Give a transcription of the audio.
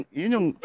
yung